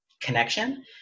connection